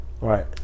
Right